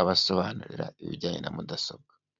abasobanurira ibijyanye na mudasobwa.